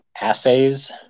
assays